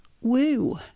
woo